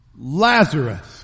Lazarus